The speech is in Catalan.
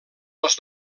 els